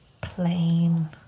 plain